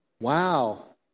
Wow